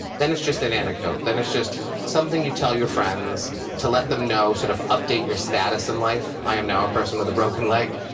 then it's just an anecdote, and it's just something you tell your friends to let them know, sort of update your status in life, i am now a person with a broken leg.